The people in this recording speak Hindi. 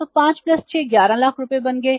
तो 5 प्लस 6 110000 रुपये बन गए